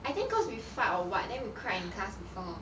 I think cause we fight or what then we cried in class before